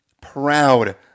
proud